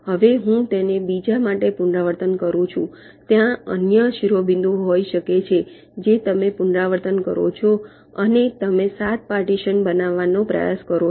હવે હું તેને બીજા માટે પુનરાવર્તન કરું છું ત્યાં અન્ય શિરોબિંદુઓ હોઈ શકે છે જે તમે પુનરાવર્તન કરો છો અને તમે 7 પાર્ટીશન બનાવવાનો પ્રયાસ કરો છો